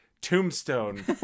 tombstone